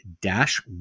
dash